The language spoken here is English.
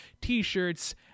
t-shirts